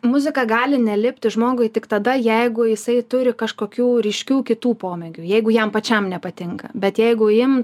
muzika gali nelipti žmogui tik tada jeigu jisai turi kažkokių ryškių kitų pomėgių jeigu jam pačiam nepatinka bet jeigu im